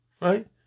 Right